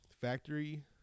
Factory